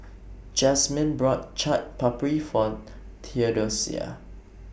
Jasmine bought Chaat Papri For Theodosia